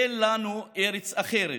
אין לנו ארץ אחרת,